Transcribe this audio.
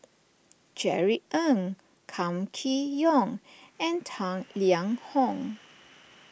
Jerry Ng Kam Kee Yong and Tang Liang Hong